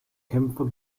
kämpfer